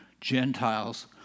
Gentiles